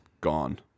Gone